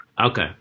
Okay